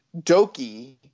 Doki